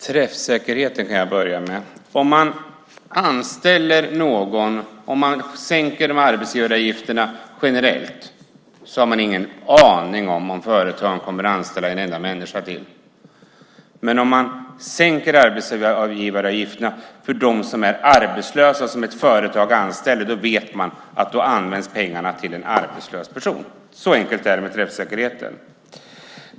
Fru talman! Träffsäkerheten kan jag börja med. Om man sänker arbetsgivaravgifterna generellt har man ingen aning om huruvida företagen kommer att anställa en enda människa till. Men om man sänker arbetsgivaravgifterna för arbetslösa som ett företag anställer vet man att pengarna används till en arbetslös person. Så enkelt är det med träffsäkerheten.